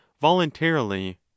voluntarily